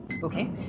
Okay